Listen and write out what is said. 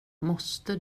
måste